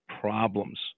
problems